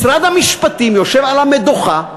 משרד המשפטים יושב על המדוכה,